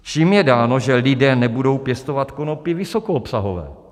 Čím je dáno, že lidé nebudou pěstovat konopí vysokoobsahové?